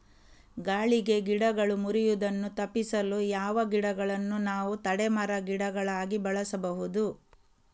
ಗಾಳಿಗೆ ಗಿಡಗಳು ಮುರಿಯುದನ್ನು ತಪಿಸಲು ಯಾವ ಗಿಡಗಳನ್ನು ನಾವು ತಡೆ ಮರ, ಗಿಡಗಳಾಗಿ ಬೆಳಸಬಹುದು?